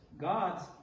God's